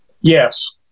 Yes